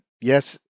yes